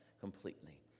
completely